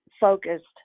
focused